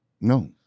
No